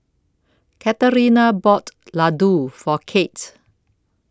Katarina bought Ladoo For Kate